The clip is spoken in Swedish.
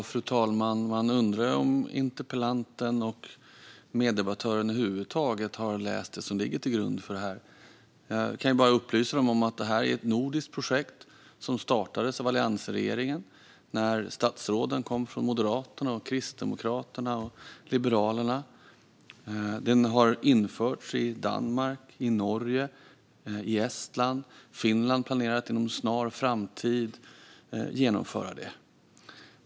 Fru talman! Man undrar om interpellanten och meddebattören över huvud taget har läst det som ligger till grund för det här. Jag kan upplysa om att det här är ett nordiskt projekt som startades av alliansregeringen när statsråden kom från Moderaterna, Kristdemokraterna och Liberalerna. Det har införts i Danmark, Norge och Estland, och Finland planerar att inom en snar framtid genomföra det.